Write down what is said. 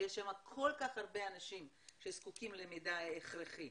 שיש שם כל כך הרבה אנשים שזקוקים למידע הכרחי.